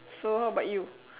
so how about you